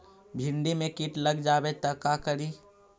भिन्डी मे किट लग जाबे त का करि?